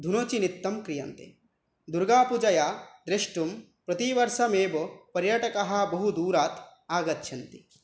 धुनोचि नित्यं क्रियन्ते दुर्गापूजां द्रष्टुं प्रतिवर्षमेव पर्यटकाः बहुदूरात् आगच्छन्ति